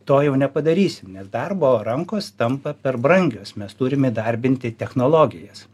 to jau nepadarysim nes darbo rankos tampa per brangios mes turim įdarbinti technologijas